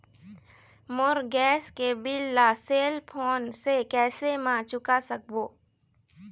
मोर gas के bill ला cell phone से कैसे म चुका सकबो?